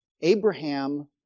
Abraham